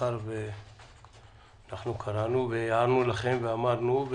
מאחר שקראנו והערנו לכם ואמרנו,